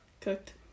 cooked